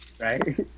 Right